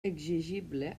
exigible